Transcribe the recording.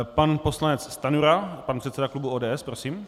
Pan poslanec Stanjura, pan předseda klubu ODS, prosím.